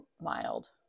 mild